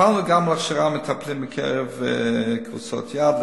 פעלנו גם להכשרת מטפלים מקרב קבוצות יעד,